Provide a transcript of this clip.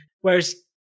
Whereas